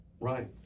Right